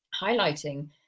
highlighting